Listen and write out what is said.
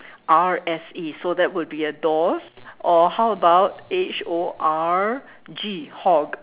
R S E so that would be a dorse or how about H O R G horg